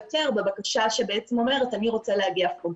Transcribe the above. בבקשה שאומרת אני רוצה להגיע פרונטלית.